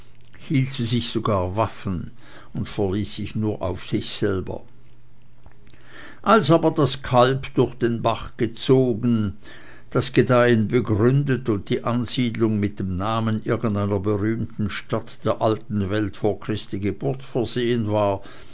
hielt sie sich sogar waffen und verließ sich nur auf sich selber als aber das kalb durch den bach gezogen das gedeihen begründet und die ansiedlung mit dem namen irgendeiner berühmten stadt der alten welt vor christi geburt versehen war